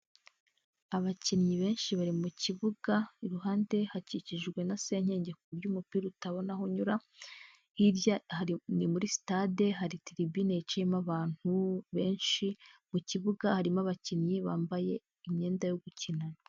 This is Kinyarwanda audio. Abakinnyi benshi bari mu kibuga, iruhande hakikijwe na senyenge ku buryo umupira utabona aho unyura, hirya hari ni muri sitade hari tiribine yaciyemo abantu benshi, mu kibuga harimo abakinnyi bambaye imyenda yo gukinana.